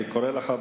אני קורא לך,